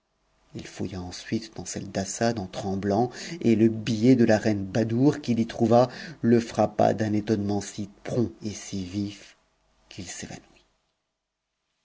ensuite dans celles d'assad en tt'cmmant et le billet de la reine badoure qu'il y trouva le frappa d'un aonuement si prompt et si vif qu'it s'évanouit